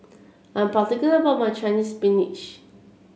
I'm particular about my Chinese Spinach